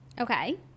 Okay